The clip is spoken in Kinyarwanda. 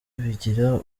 bigira